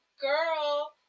girl